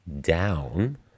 down